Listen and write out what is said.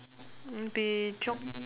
they jog